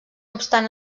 obstant